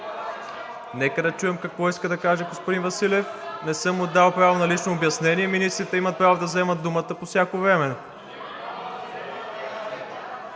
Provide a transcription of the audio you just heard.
Нека да чуем какво иска да каже господин Василев. Не съм му дал право на лично обяснение. Министрите имат право да вземат думата по всяко време.